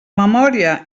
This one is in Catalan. memòria